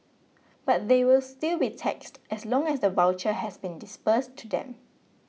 but they will still be taxed as long as the voucher has been disbursed to them